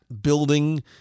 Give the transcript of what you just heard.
building